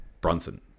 Brunson